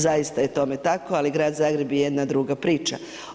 Zaista je tome tako ali grad Zagreb je jedna druga priča.